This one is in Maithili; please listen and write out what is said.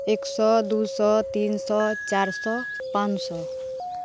एक सए दू सए तीन सए चारि सए पाॅंच सए